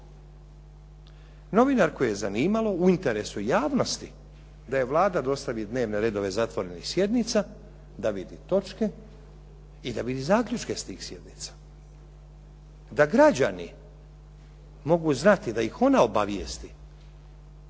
Novinarku je zanimalo u interesu javnosti da joj Vlada dostavi dnevne redove zatvorenih sjednica, da vidi točke i da vidi zaključke s tih sjednica. Da građani mogu znati, da ih ona obavijesti